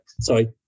sorry